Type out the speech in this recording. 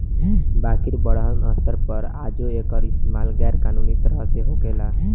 बाकिर बड़हन स्तर पर आजो एकर इस्तमाल गैर कानूनी तरह से होखेला